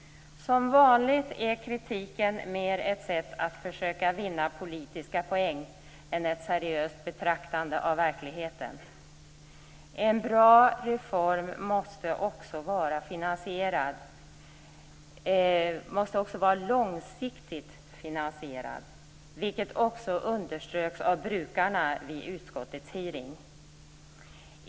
Som vanligt är kritiken mer ett sätt att försöka vinna politiska poäng än ett seriöst betraktande av verkligheten. En bra reform måste också vara långsiktigt finansierad. Det underströks av brukarna vid utskottets hearing.